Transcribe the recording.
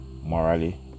morally